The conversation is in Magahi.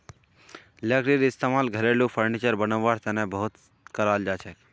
लकड़ीर इस्तेमाल घरेलू फर्नीचर बनव्वार तने बहुत कराल जाछेक